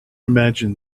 imagine